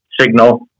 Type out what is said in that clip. signal